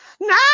Now